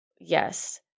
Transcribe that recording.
Yes